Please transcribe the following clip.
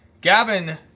Gavin